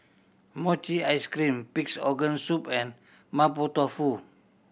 mochi ice cream Pig's Organ Soup and Mapo Tofu